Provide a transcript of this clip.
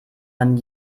man